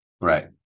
Right